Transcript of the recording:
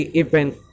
event